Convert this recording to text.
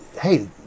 Hey